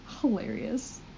hilarious